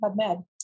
PubMed